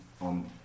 on